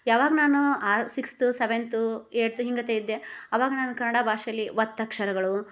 ಯಾವಾಗ ನಾನು ಆರು ಸಿಕ್ಸ್ತ್ ಸೆವೆಂತು ಏಟ್ತ್ ಹಿಂಗತೆ ಇದ್ದೆ ಅವಾಗ ನಾನು ಕನ್ನಡ ಭಾಷೆಲಿ ಒತ್ತಕ್ಷರಗಳು